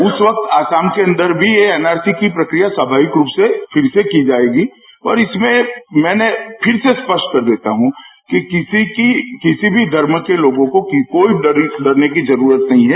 उस वक्त आसाम के अंदर भी एनआरसी की प्रक्रिया स्वाभाविक रूप से फिर से की जायेगी और इसमें मैंने फिर स्पष्ट कर देता हूं कि किसी की किसी भी धर्म के लोगों को कोई डरने की जरूरत नहीं है